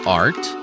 art